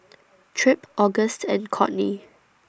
Tripp Auguste and Codey